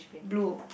blue